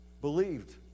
believed